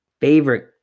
favorite